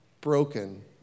broken